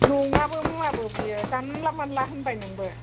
नङाबो मुवाबो बेयो जानला मोनला होनबाय नोंबो